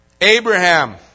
Abraham